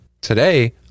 Today